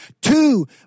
two